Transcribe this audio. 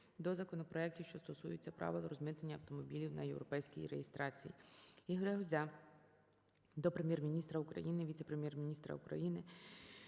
до законопроектів, що стосуються правил розмитнення автомобілів на європейській реєстрації. ІгоряГузя до Прем'єр-міністра України, Віце-прем’єр-міністра України